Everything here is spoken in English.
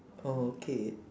oh okay